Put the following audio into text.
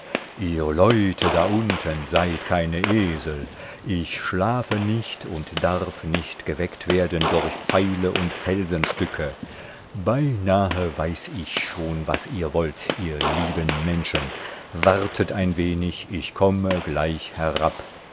ihr leute da unten seid keine esel ich schlafe nicht und darf nicht geweckt werden durch pfeile und felsenstücke beinahe weiß ich schon was ihr wollt ihr lieben menschen wartet ein wenig ich komme gleich herab